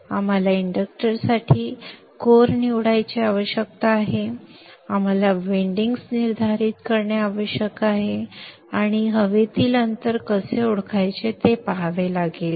आम्हाला इंडक्टरसाठी कोर निवडण्याची आवश्यकता आहे आणि आम्हाला विंडिंग्ज निर्धारित करणे आवश्यक आहे आणि हवेतील अंतर कसे ओळखायचे ते पहावे लागेल